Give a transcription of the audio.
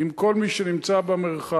עם כל מי שנמצא במרחב.